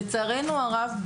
לצערנו הרב,